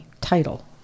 title